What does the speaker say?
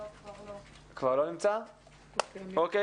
קארין.